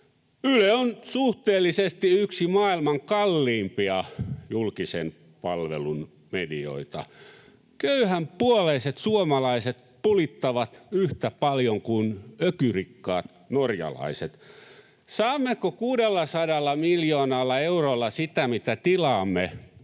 Yle on suhteellisesti yksi maailman kalliimpia julkisen palvelun medioita. Köyhänpuoleiset suomalaiset pulittavat yhtä paljon kuin ökyrikkaat norjalaiset. Saammeko 600 miljoonalla eurolla sitä, mitä tilaamme?